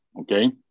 okay